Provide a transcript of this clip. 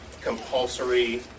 compulsory